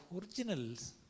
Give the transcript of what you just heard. originals